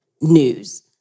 news